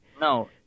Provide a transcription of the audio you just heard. No